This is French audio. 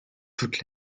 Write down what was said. toute